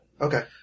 Okay